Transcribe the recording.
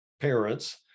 parents